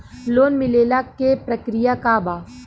Loan मिलेला के प्रक्रिया का बा?